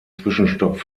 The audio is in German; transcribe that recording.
zwischenstopp